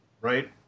Right